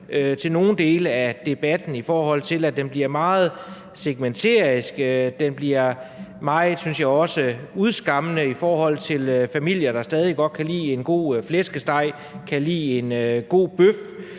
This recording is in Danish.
til nogle dele af debatten, hvor den bliver meget segmenteret og også, synes jeg, meget udskammende i forhold til familier, der stadig godt kan lide en god flæskesteg og en god bøf.